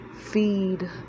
feed